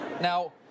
Now